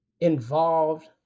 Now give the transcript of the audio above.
involved